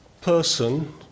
person